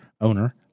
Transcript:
Owner